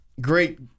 great